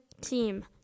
team